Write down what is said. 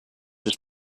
has